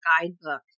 guidebook